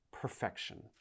perfection